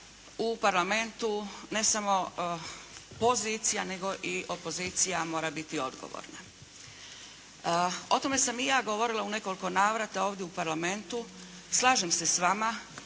u Parlamentu ne samo pozicija nego i opozicija mora biti odgovorna. O tome sam i ja govorila u nekoliko navrata ovdje u Parlamentu. Slažem se s vama